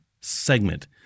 segment